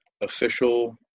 official